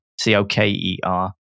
C-O-K-E-R